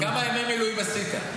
כמה ימי מילואים עשית?